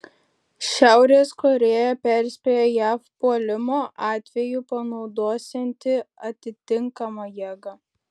šiaurės korėja perspėjo jav puolimo atveju panaudosianti atitinkamą jėgą